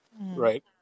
right